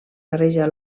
barreja